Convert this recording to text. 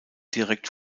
direkt